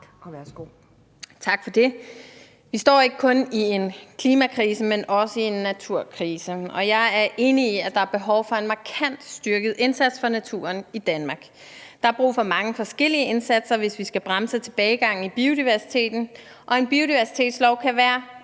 Tak for det. Vi står ikke kun i en klimakrise, men også i en naturkrise, og jeg er enig i, at der er behov for en markant styrket indsats for naturen i Danmark. Der er brug for mange forskellige indsatser, hvis vi skal bremse tilbagegangen i biodiversiteten, og en biodiversitetslov kan være